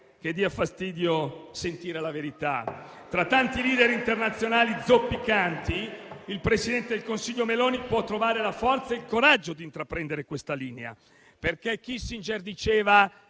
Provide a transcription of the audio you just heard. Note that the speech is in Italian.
che dia fastidio sentire la verità! Tra tanti *leader* internazionali zoppicanti, il presidente del Consiglio Meloni può trovare la forza e il coraggio di intraprendere questa linea. Kissinger,